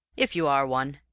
if you are one,